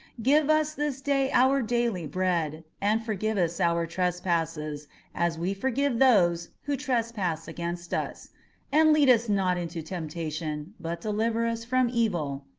give us this day our daily bread and forgive us our trespasses as we forgive those who trespass against us and lead us not into temptation, but deliver us from evil.